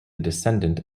descendant